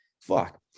fuck